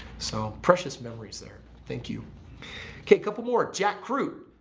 so precious memories there. thank you. okay couple more, jack crew.